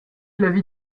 l’avis